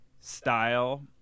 style